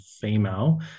female